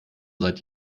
seit